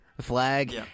flag